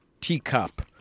teacup